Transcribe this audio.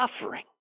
suffering